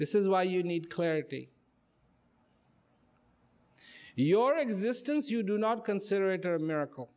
this is why you need clarity your existence you do not consider it a miracle